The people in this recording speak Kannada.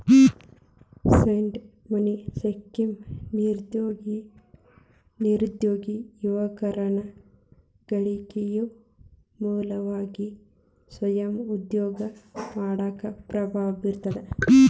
ಸೇಡ್ ಮನಿ ಸ್ಕೇಮ್ ನಿರುದ್ಯೋಗಿ ಯುವಕರನ್ನ ಗಳಿಕೆಯ ಮೂಲವಾಗಿ ಸ್ವಯಂ ಉದ್ಯೋಗ ಮಾಡಾಕ ಪ್ರಭಾವ ಬೇರ್ತದ